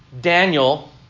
Daniel